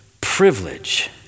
privilege